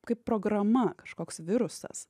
kaip programa kažkoks virusas